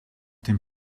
dem